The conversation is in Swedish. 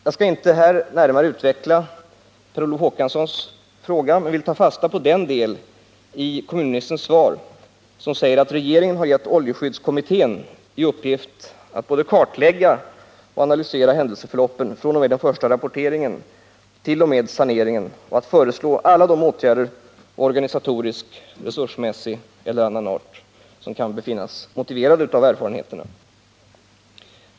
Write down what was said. Jag skall här inte närmare utveckla Per Olof Håkanssons fråga, men jag vill ta fasta på den del i kommunministerns svar som säger att regeringen har givit oljeskyddskommittén i uppgift att både kartlägga och analysera händelseförloppet fr.o.m. den första rapporteringen t.o.m. saneringen och att föreslå alla de åtgärder, vilka organisatoriskt och resursmässigt kan befinnas motiverade av erfarenheterna.